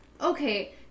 okay